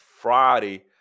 friday